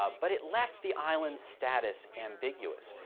but it left the island's status ambiguous.